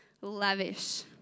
lavish